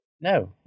No